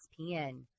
ESPN